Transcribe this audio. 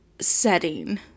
setting